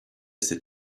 sit